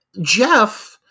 Jeff